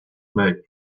make